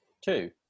Two